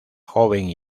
joven